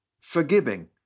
Forgiving